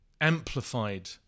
amplified